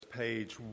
Page